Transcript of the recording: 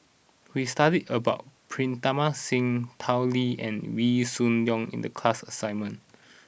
we studied about Pritam Singh Tao Li and Wee Shoo Leong in the class assignment